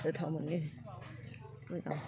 गोथाव मोनो मोजां